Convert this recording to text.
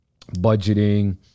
budgeting